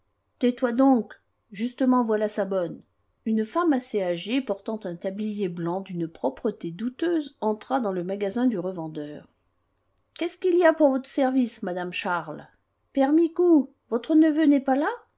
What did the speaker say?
tais-toi donc justement voilà sa bonne une femme assez âgée portant un tablier blanc d'une propreté douteuse entra dans le magasin du revendeur qu'est-ce qu'il y a pour votre service madame charles père micou votre neveu n'est pas là